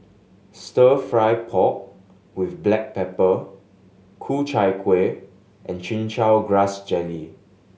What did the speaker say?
Stir Fry pork with black pepper Ku Chai Kuih and Chin Chow Grass Jelly